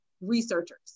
researchers